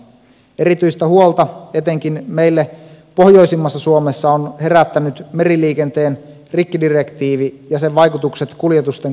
erityistä huolta etenkin meille pohjoisimmassa suomessa on herättänyt meriliikenteen rikkidirektiivi ja sen vaikutukset kuljetusten kustannuksiin